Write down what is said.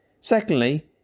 Secondly